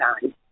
time